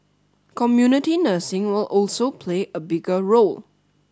community nursing will also play a bigger role